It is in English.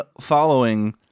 following